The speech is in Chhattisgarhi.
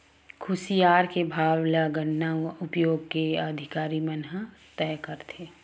खुसियार के भाव ल गन्ना आयोग के अधिकारी मन ह तय करथे